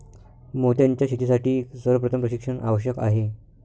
मोत्यांच्या शेतीसाठी सर्वप्रथम प्रशिक्षण आवश्यक आहे